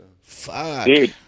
Fuck